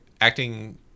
Acting